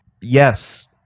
Yes